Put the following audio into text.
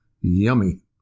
Yummy